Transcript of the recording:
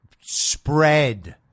spread